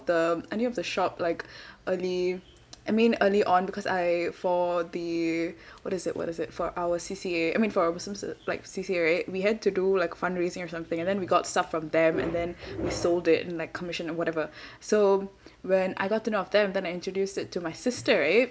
the um I knew of the shop like early I mean early on because I for the what is it what is it for our C_C_A I mean for our supposed to like C_C_A right we had to do like fundraising or something and then we got stuff from them and then we sold it and like commission or whatever so when I got to know of them then I introduced it to my sister right